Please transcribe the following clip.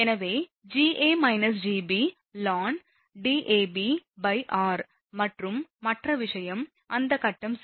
எனவே ln Dabr மற்றும் மற்ற விஷயம் அந்த கட்டம் c